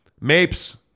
Mapes